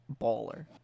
baller